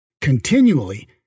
continually